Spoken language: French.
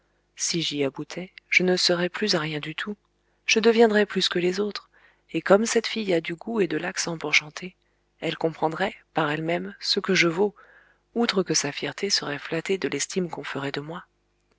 si j'y aboutais je ne serais plus un rien du tout je deviendrais plus que les autres et comme cette fille a du goût et de l'accent pour chanter elle comprendrait par elle-même ce que je vaux outre que sa fierté serait flattée de l'estime qu'on ferait de moi